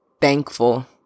thankful